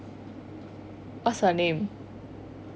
what's her name